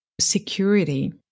security